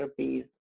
therapies